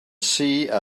see